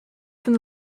from